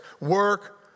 Work